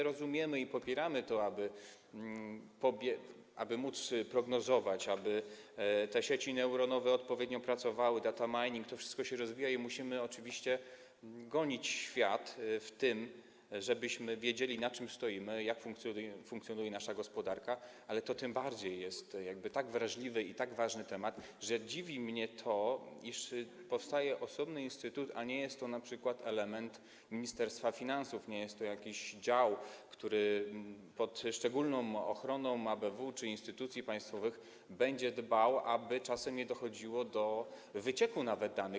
Rozumiemy i popieramy to, aby można było prognozować, aby te sieci neuronowe odpowiednio pracowały, data mining, to wszystko się rozwija i musimy oczywiście gonić w tym świat, żebyśmy wiedzieli, na czym stoimy, jak funkcjonuje nasza gospodarka, ale to tym bardziej jest tak wrażliwy i tak ważny temat, że dziwi mnie, iż powstaje osobny instytut, a nie jest to np. element Ministerstwa Finansów, nie jest to jakiś dział, który pod szczególną ochroną ABW czy instytucji państwowych będzie dbał o to, aby czasem nie dochodziło do wycieku danych.